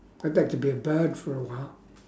I'd like to be a bird for a while